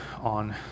on